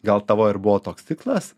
gal tavo ir buvo toks tikslas